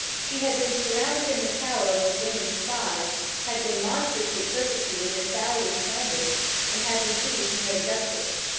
she had been surrounded in the tower with women spies had been monstrously persecuted and foully slandered and had received no justice.